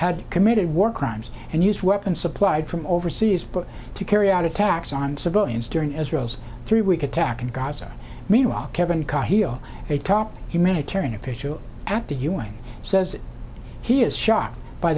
had committed war crimes and used weapons supplied from overseas but to carry out attacks on civilians during israel's three week attack in gaza meanwhile kevin a top humanitarian official at the u n says he is shocked by